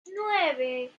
nueve